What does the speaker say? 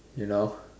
you know